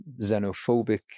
xenophobic